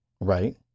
Right